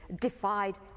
defied